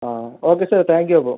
ആ okay sir thank you അപ്പോൾ